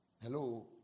Hello